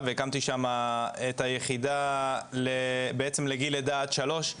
והקמתי שם את היחידה לגיל לידה עד שלוש,